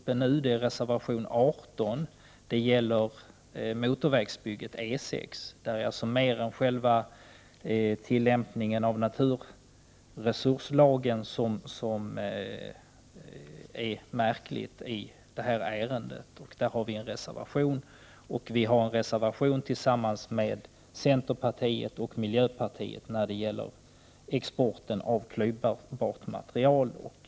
Det gäller för det första reservation 18 om motorvägsbygget på E 6. Ärendet har handlagts på ett märkligt sätt inte bara när det gäller tillämpningen av naturresurslagen. Vi har för det andra avgivit en reservation tillsammans med centerpartiet och miljöpartiet om exporten av klyvbart material.